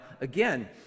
again